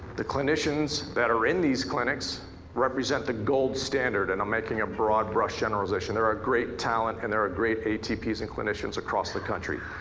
the clinicians that are in these clinics represent the gold standard, and i'm making ah broad brush generalization. there are great talent and there are great atp's and clinicians across the country.